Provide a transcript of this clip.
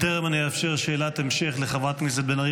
בטרם אאפשר שאלת המשך לחברת הכנסת בן ארי